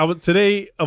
today